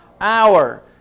Hour